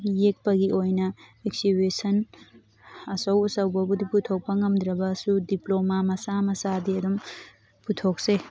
ꯌꯦꯛꯄꯒꯤ ꯑꯩꯏꯅ ꯑꯦꯛꯁꯤꯕꯤꯁꯟ ꯑꯆꯧ ꯑꯆꯧꯕꯕꯨꯗꯤ ꯄꯨꯊꯣꯛꯄ ꯉꯝꯗ꯭ꯔꯕꯁꯨ ꯗꯤꯄ꯭ꯂꯣꯃꯥ ꯃꯆꯥ ꯃꯆꯥꯗꯤ ꯑꯗꯨꯝ ꯄꯨꯊꯣꯛꯆꯩ